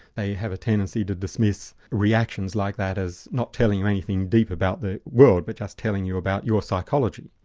they have a tendency to dismiss reactions like that as not telling you anything deep about the world, they're but just telling you about your psychology.